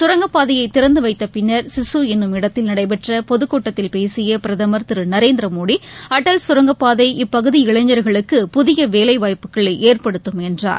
கரங்கப்பாதையை திறந்து வைத்த பின்னர் சிசு என்னும் இடத்தில் நடைபெற்ற பொதுக்கூட்டத்தில் பேசிய பிரதமர் திரு நரேந்திரமோடி அடல் கரங்கப்பாதை இப்பகுதி இளைஞர்களுக்கு புதிய வேலை வாய்ப்புகளை ஏற்படுத்தும் என்றார்